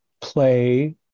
play